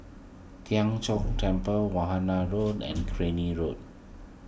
Tien Chor Temple Warna Road and Crany Road